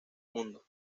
mundo